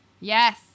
Yes